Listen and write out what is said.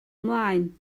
ymlaen